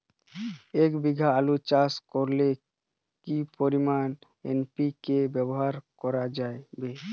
এক বিঘে আলু চাষ করলে কি পরিমাণ এন.পি.কে ব্যবহার করা যাবে?